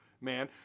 man